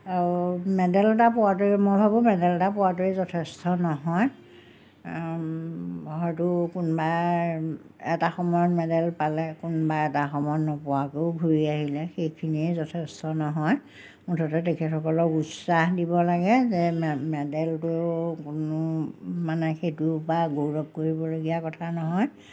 আৰু মেডেল এটা পোৱাতোৱে মই ভাবোঁ মেডেল এটা পোৱাতোৱেই যথেষ্ট নহয় হয়তো কোনোবা এটা সময়ত মেডেল পালে কোনোবা এটা সময়ত নোপোৱাকৈও ঘূৰি আহিলে সেইখিনিয়ে যথেষ্ট নহয় মুঠতে তেখেতসকলক উৎসাহ দিব লাগে যে মেডেলটোৱেও কোনো মানে সেইটোৰপৰা গৌৰৱ কৰিবলগীয়া কথা নহয়